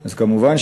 אז כמובן,